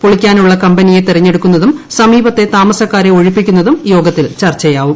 പൊളിക്കാ്നുള്ള കമ്പനിയെ തെരഞ്ഞെടുക്കുന്നതും സമീപത്തെ താമസക്കാര്ട്ട് ഒഴിപ്പിക്കുന്നതും യോഗത്തിൽ ചർച്ചയാവും